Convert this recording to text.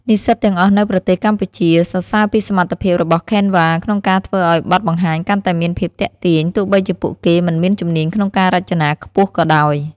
និស្សិតទាំងអស់នៅប្រទេសកម្ពុជាសរសើរពីសមត្ថភាពរបស់ Canva ក្នុងការធ្វើឱ្យបទបង្ហាញកាន់តែមានភាពទាក់ទាញ ទោះបីជាពួកគេមិនមានជំនាញក្នុងការរចនាខ្ពស់ក៏ដោយ។